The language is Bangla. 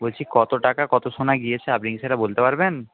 বলছি কত টাকা কত সোনা গিয়েছে আপনি কি সেটা বলতে পারবেন